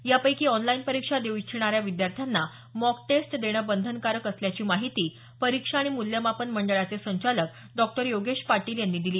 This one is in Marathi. यापैकी ऑनलाइन परीक्षा देऊ इच्छिणाऱ्या विद्यार्थ्यांना मॉक टेस्ट देणं बंधनकारक असल्याची माहिती परीक्षा आणि मूल्यमापन मंडळाचे संचालक डॉक्टर योगेश पाटील यांनी दिली